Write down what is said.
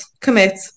commit